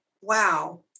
wow